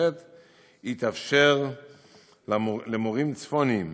התאפשר למורים צפוניים